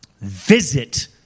Visit